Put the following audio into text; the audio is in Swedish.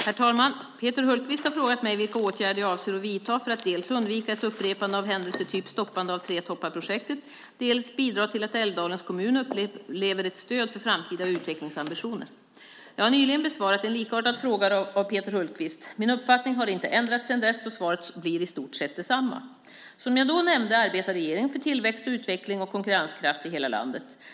Herr talman! Peter Hultqvist har frågat mig vilka åtgärder jag avser att vidta för att dels undvika ett upprepande av händelser typ stoppandet av Tre toppar-projektet, dels bidra till att Älvdalens kommun upplever ett stöd för framtida utvecklingsambitioner. Jag har nyligen besvarat en likartad fråga av Peter Hultqvist. Min uppfattning har inte ändrats sedan dess, så svaret blir i stort sett detsamma. Som jag då nämnde arbetar regeringen för tillväxt, utveckling och konkurrenskraft i hela landet.